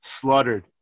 slaughtered